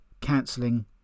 cancelling